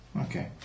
Okay